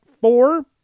four